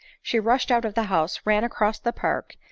she rushed out of the house, ran across the park,